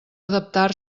adaptar